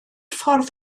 ffordd